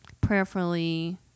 prayerfully